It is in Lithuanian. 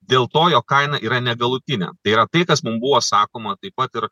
dėl to jog kaina yra negalutinė tai yra tai kas mum buvo sakoma taip pat ir